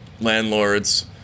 landlords